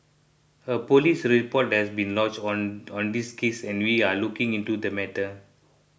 a police report has been lodge on on this case and we are looking into the matter